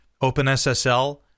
OpenSSL